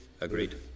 Agreed